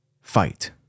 fight